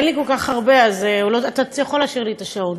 אין לי כל כך הרבה, אתה יכול להשאיר לי את השעון.